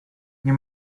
nie